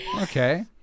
okay